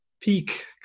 peak